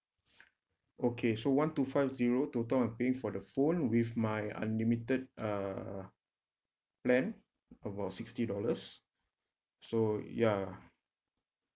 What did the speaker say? okay so one two five zero total I'm paying for the phone with my unlimited uh plan about sixty dollars so yeah